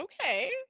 Okay